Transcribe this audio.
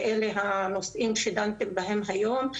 ואלה הנושאים שדנתם בהם היום.